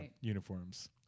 uniforms